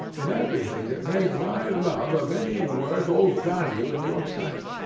in everything that made my love of any worth or value in your sight.